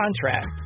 contract